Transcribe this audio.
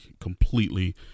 completely